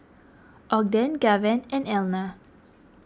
Ogden Gaven and Elna